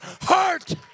heart